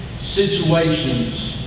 situations